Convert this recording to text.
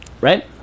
right